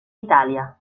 italia